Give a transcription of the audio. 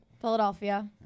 Philadelphia